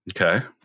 Okay